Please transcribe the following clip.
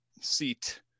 seat